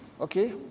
okay